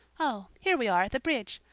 oh, here we are at the bridge.